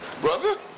Brother